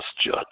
judge